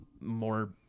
more